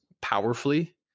powerfully